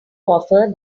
offer